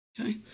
Okay